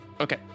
Okay